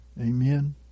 Amen